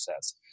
says